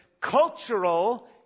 cultural